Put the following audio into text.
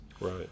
Right